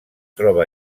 troba